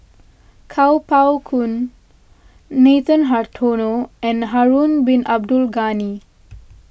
Kuo Pao Kun Nathan Hartono and Harun Bin Abdul Ghani